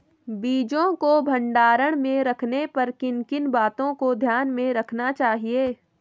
बीजों को भंडारण में रखने पर किन किन बातों को ध्यान में रखना चाहिए?